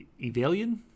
Evalian